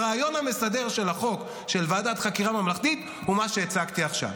הרעיון המסדר של חוק ועדת חקירה ממלכתית הוא מה שהצגתי עכשיו.